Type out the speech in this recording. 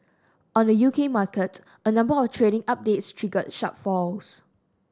on the U K market a number of trading updates triggered sharp falls